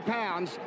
pounds